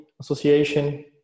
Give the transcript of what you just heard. Association